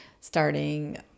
starting